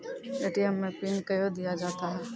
ATM मे PIN कयो दिया जाता हैं?